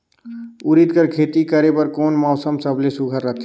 उरीद कर खेती करे बर कोन मौसम सबले सुघ्घर रहथे?